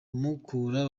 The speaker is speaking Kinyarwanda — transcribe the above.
mukura